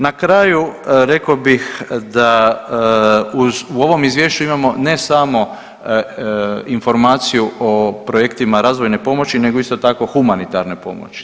Na kraju rekao bih da uz, u ovom izvješću imamo ne samo informaciju o projektima razvojne pomoći nego isto tako humanitarne pomoći.